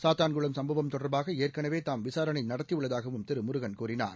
சாத்தான்குளம் சம்பவம் தொடர்பாக ஏற்கனவே தாம் விசாரணை நடத்தியுள்ளதாகவும் திரு முருகன் கூறினார்